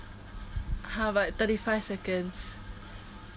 !huh! but thirty five seconds